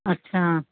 अच्छा